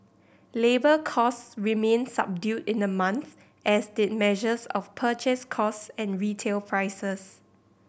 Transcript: labour costs remained subdued in the month as did measures of purchase costs and retail prices